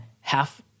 half